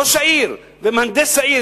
ראש העיר ומהנדס העיר,